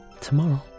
tomorrow